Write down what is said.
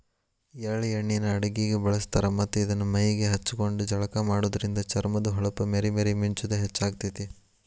ಎಳ್ಳ ಎಣ್ಣಿನ ಅಡಗಿಗೆ ಬಳಸ್ತಾರ ಮತ್ತ್ ಇದನ್ನ ಮೈಗೆ ಹಚ್ಕೊಂಡು ಜಳಕ ಮಾಡೋದ್ರಿಂದ ಚರ್ಮದ ಹೊಳಪ ಮೇರಿ ಮೇರಿ ಮಿಂಚುದ ಹೆಚ್ಚಾಗ್ತೇತಿ